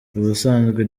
ubusanzwe